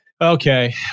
Okay